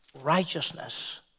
Righteousness